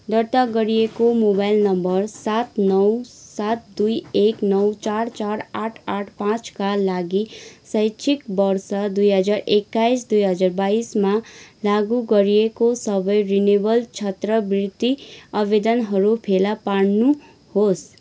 दर्ता गरिएको mobile number सात नौ सात दुई एक नौ चार चार आठ आठ पाँचका लागि शैक्षिक वर्ष दुई हजार एकाईस दुई हजार बाइसमा लागु गरिएको सबै रिनेवल छत्रवृत्ति अवेदनहरू फेला पार्नुहोस्